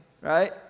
right